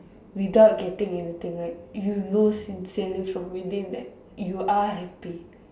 without getting anything right you know sincerely from within that you are happy